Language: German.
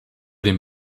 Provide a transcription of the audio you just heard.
den